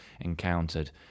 encountered